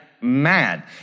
mad